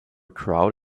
crowd